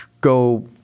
go –